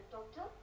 Doctor